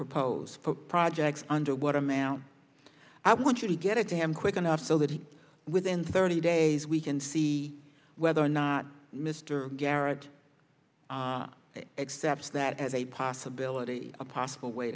propose for projects under what amount i want you to get it to him quick enough so that he within thirty days we can see whether or not mr garrott accept that as a possibility a possible way